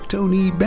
Tony